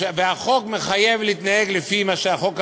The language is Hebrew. והחוק מחייב להתנהג לפי מה שהחוק קבע,